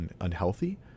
unhealthy